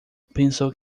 pensou